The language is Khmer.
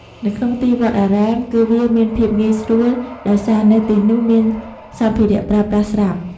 នៅក្នុងទីវត្តអារាមគឺវាមានភាពងាយស្រួលដោយសារនៅទីនុះមានសម្ភារៈប្រើប្រាស់ស្រាប់។